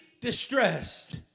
distressed